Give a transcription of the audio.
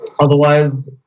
otherwise